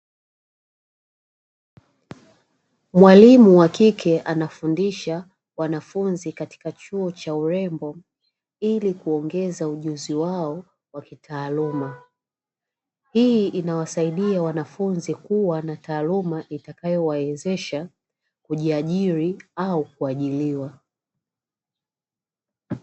Mwalimu wa kike anafundisha wanafunzi katika chuo cha urembo, ili kuongeza ujuzi wao wa kitaaluma. Hii inawasaidia wanafunzi kuwa na taaluma itakayowawezesha kujiajiri au kuajiriwa.